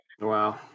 Wow